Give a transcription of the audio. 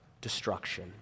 destruction